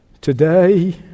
today